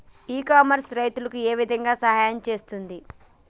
ఇ commerce రైతులకు ఏ విధంగా సహాయం చేస్తుంది?